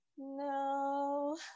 no